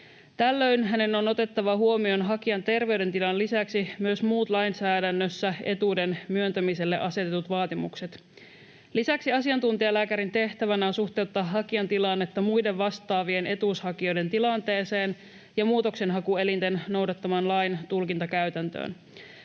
Tällöin hänen on otettava huomioon hakijan terveydentilan lisäksi myös muut lainsäädännössä etuuden myöntämiselle asetetut vaatimukset. Lisäksi asiantuntijalääkärin tehtävänä on suhteuttaa hakijan tilannetta muiden vastaavien etuushakijoiden tilanteeseen ja muutoksenhakuelinten noudattamaan laintulkintakäytäntöön.